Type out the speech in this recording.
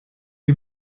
lui